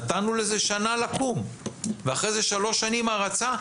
נתנו לזה שנה לקום ואחרי זה שלוש שנים הרצה,